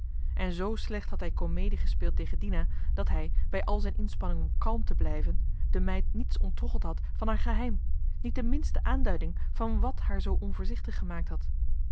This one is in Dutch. en z slecht had hij komedie gespeeld tegen dina dat hij bij al zijn inspanning om kalm te blijven de meid niets onttroggeld had van haar geheim niet johan de meester de zonde in het deftige dorp de minste aanduiding van wàt haar zoo onvoorzichtig gemaakt had